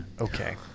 Okay